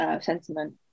sentiment